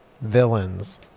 villains